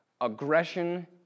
Aggression